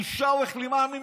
בושה וכלימה על מי